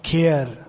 Care